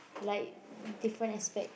like different aspect